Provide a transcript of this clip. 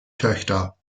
töchter